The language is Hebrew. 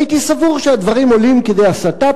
הייתי סבור שהדברים עולים כדי הסתה.